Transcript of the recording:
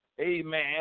Amen